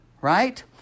right